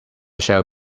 shall